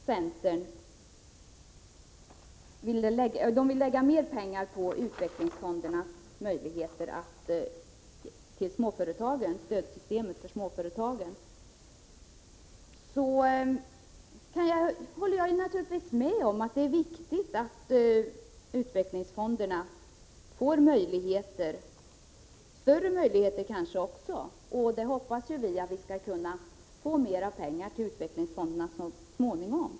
Centern vill ge utvecklingsfonderna mer pengar till stöd för småföretagen. Jag håller naturligtvis med om att det är viktigt att utvecklingsfonderna får större möjligheter. Vi hoppas att vi skall kunna ge mer pengar till utvecklingsfonderna så småningom.